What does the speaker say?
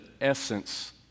essence